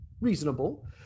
reasonable